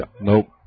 Nope